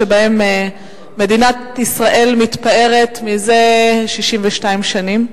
ומדינת ישראל מתפארת בה זה 62 שנים.